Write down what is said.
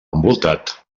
envoltat